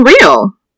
real